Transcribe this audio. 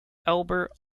albert